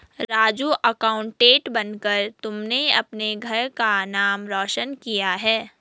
Raju accountant बनकर तुमने अपने घर का नाम रोशन किया है